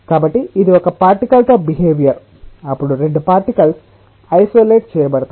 కాబట్టి ఇది ఒక పార్టికల్ తో బిహేవియర్ అప్పుడు రెండు పార్టికల్స్ ఇసొలేట్ చేయబడతాయి